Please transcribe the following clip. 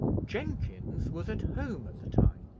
jenkins was at home at the time,